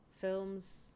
films